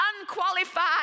unqualified